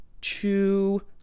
two